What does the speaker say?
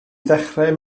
ddechrau